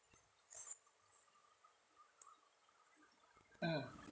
mm